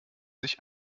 sich